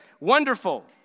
wonderful